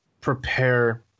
prepare